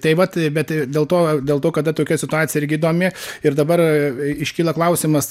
tai vat bet dėl to dėl to kada tokia situacija irgi įdomi ir dabar iškyla klausimas